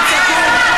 תצעקו.